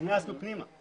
הכנסנו פנימה.